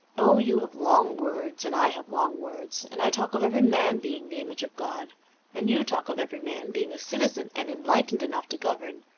oh, you have long words and i have long words and i talk of every man being the image of god and you talk of every man being a citizen and enlightened enough to govern.